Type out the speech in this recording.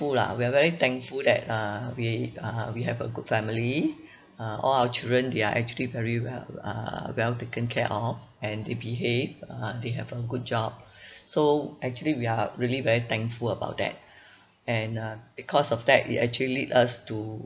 lah we are very thankful that uh we uh we have a good family uh all our children they are actually very well err well taken care of and they behave uh they have a good job so actually we are really very thankful about that and uh because of that it actually lead us to